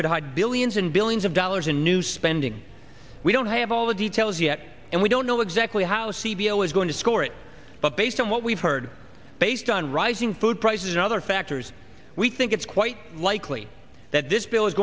could hide billions and billions of dollars in new spending we don't have all the details yet and we don't know exactly how cvo is going to score it but based on what we've heard based on rising food prices and other factors we think it's quite likely that this bill is